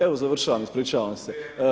Evo završavam, ispričavam se.